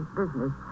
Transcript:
business